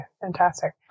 Fantastic